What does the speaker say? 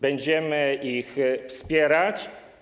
Będziemy ich wspierać.